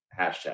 hashtag